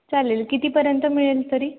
चालेल कितीपर्यंत मिळेल तरी